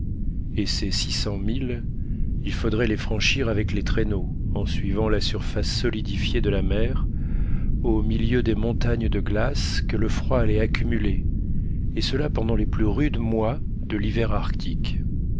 et ces six cents milles il faudrait les franchir avec les traîneaux en suivant la surface solidifiée de la mer au milieu des montagnes de glace que le froid allait accumuler et cela pendant les plus rudes mois de l'hiver arctique